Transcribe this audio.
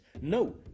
No